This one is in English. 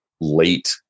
late